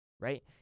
right